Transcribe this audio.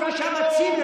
שכחת דבר אחד,